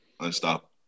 unstoppable